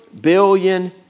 billion